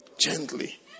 Gently